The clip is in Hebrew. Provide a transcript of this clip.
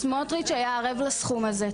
סמוטריץ היה ערב לסכום הזה,